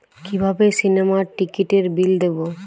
কিভাবে সিনেমার টিকিটের বিল দেবো?